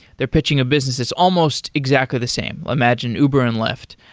they're pitching a business that's almost exactly the same. imagine uber and lyft,